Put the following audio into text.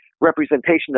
representation